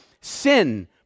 sin